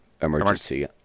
emergency